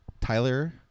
Tyler